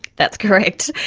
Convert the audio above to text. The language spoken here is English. that's correct.